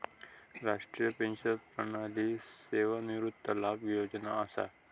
राष्ट्रीय पेंशन प्रणाली सेवानिवृत्ती लाभ योजना असा